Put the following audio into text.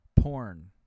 porn